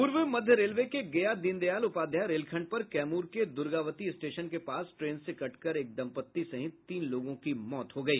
पूर्व मध्य रेलवे के गया दीनदयाल उपाध्याय रेलखंड पर कैमूर के द्र्गावती स्टेशन के पास ट्रेन से कट कर एक दम्पत्ति सहित तीन लोगों की मौत हो गयी